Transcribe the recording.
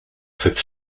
cette